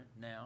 now